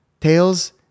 Tails